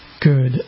Good